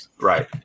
Right